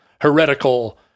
heretical